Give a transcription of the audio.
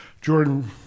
Jordan